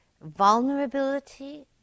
vulnerability